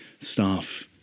staff